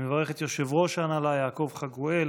אני מברך את יושב-ראש ההנהלה יעקב חגואל,